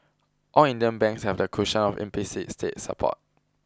all Indian banks have the cushion of implicit state support